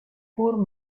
pur